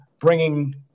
bringing